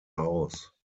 aus